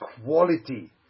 quality